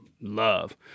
love